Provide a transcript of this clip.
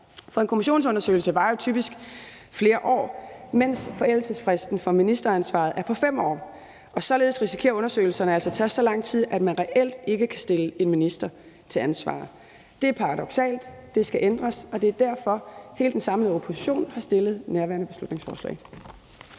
For en kommissionsundersøgelse varer jo typisk flere år, mens forældelsesfristen for ministeransvaret er 5 år, og således risikerer undersøgelserne altså at tage så lang tid, at man reelt ikke kan stille en minister til ansvar. Det er paradoksalt, det skal ændres, og det er derfor, at hele den samlede opposition har fremsat nærværende beslutningsforslag.